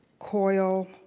coyle,